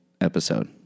episode